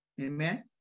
Amen